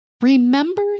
Remember